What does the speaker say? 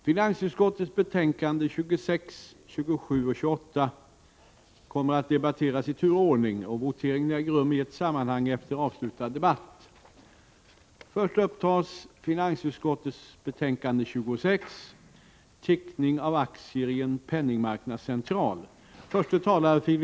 Finansutskottets betänkanden 26, 27 och 28 kommer att debatteras i tur och ordning. Voteringarna äger rum i ett sammanhang efter avslutad debatt. Först upptas alltså finansutskottets betänkande 26 om teckning av aktier i en penningmarknadscentral.